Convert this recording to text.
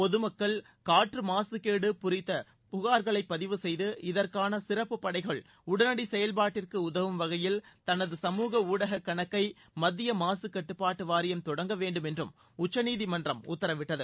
பொதுமக்கள் காற்று மாசுகேடு குறித்த புகார்களை பதிவு செய்து இதற்கான சிறப்பு படைகள் உடனடி செயல்பாட்டிற்கு உதவும் வகையில் தனது சமூக ஊடக கணக்கை மத்திய மாசுகட்டுப்பாட்டு வாரியம் தொடங்க வேண்டும் என்றும் உச்சநீதிமன்றம் உத்தரவிட்டது